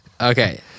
Okay